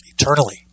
eternally